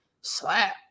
slap